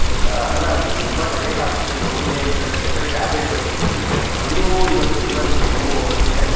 ಹೌದಾ ಅಲ್ಲ ನಿಮಗೆ ತುಂಬ ತಡಿಯಕ್ಕೆ ಆಗ್ತಿಲ್ಲ ನೋವಿದೆ ಅಂತಂದರೆ ಬೇಕಾದರೆ ಟ್ಯಾಬ್ಲೆಟ್ ಬರ್ಕೊಡ್ತೀನಿ ಹಂಗೂ ಇವತ್ತು ಇವತ್ಗೆ ನೋವು ಹೋಗೋಕೆ